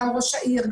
גם ראש העיר,